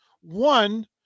one